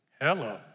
hello